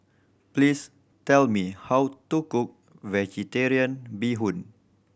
please tell me how to cook Vegetarian Bee Hoon